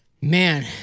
man